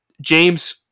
James